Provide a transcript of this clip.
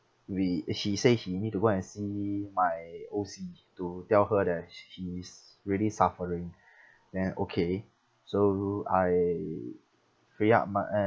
we he say he need to go and see my O_C to tell her that sh~ he's really suffering then okay so I free up my uh